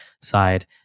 side